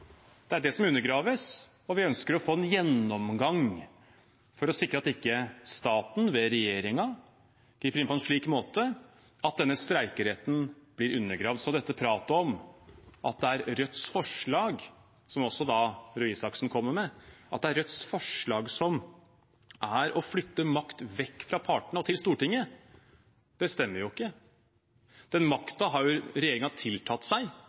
Det er det som undergraves. Vi ønsker å få en gjennomgang for å sikre at ikke staten, ved regjeringen, griper inn på en slik måte at denne streikeretten blir undergravd. Dette pratet, som også Røe Isaksen kommer med, om at Rødts forslag er å flytte makt vekk fra partene og til Stortinget, stemmer ikke. Den makten har regjeringen, også rød-grønn regjering, tiltatt seg,